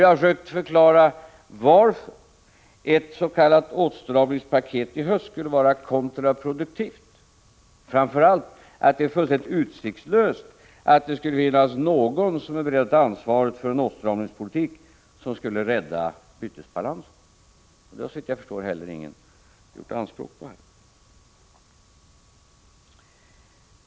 Jag har försökt förklara varför ett s.k. åtstramningspaket i höst skulle vara kontraproduktivt och framför allt att det är fullständigt utsiktslöst att det skulle finnas någon som är beredd att ta ansvaret för en åstramningspolitik som skulle rädda bytesbalansen. Det har såvitt jag förstår heller ingen gjort anspråk på.